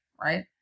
right